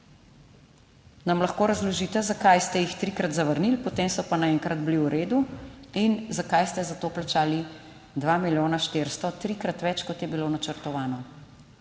Nam lahko razložite zakaj ste jih trikrat zavrnili, potem so pa naenkrat bili v redu? In zakaj ste za to plačali 2 milijona 400, trikrat več kot je bilo načrtovano?